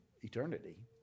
eternity